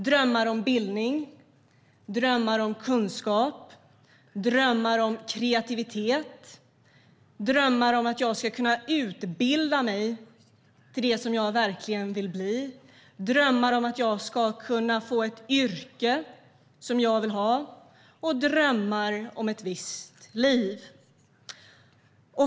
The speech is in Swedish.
Det handlar om drömmar om bildning, kunskap och kreativitet. Det handlar om drömmar om att kunna utbilda sig till det man verkligen vill bli och drömmar om att kunna få ett yrke man vill ha. Det handlar om drömmar om ett visst liv.